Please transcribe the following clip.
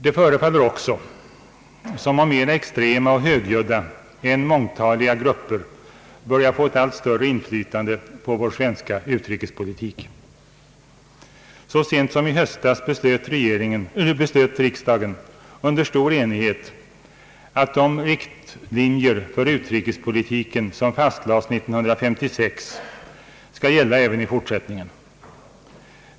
Det förefaller också som om mera extrema och högljudda än mångtaliga grupper börjar få ett allt större inflytande på vår svenska utrikespolitik. Så sent som i höstas beslöt riksdagen under stor enighet att de riktlinjer för utrikespolitiken som fastlades år 1956 skall gälla även i fortsättningen.